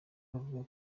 bavuga